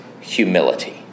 humility